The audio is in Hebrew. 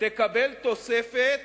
תקבל תוספת